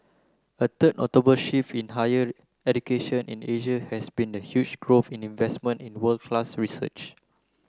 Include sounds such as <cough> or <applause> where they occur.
a <unintelligible> <unintelligible> notable shift in higher education in Asia has been the huge growth in investment in world class research